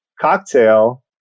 cocktail